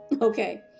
Okay